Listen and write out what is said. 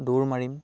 দৌৰ মাৰিম